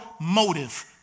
motive